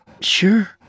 sure